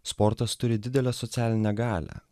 sportas turi didelę socialinę galią